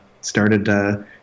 started